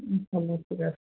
হ'ব ঠিকে আছে